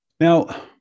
Now